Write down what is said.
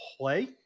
play